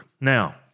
Now